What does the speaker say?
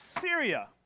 Syria